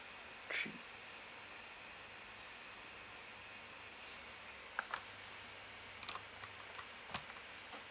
three